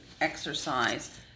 exercise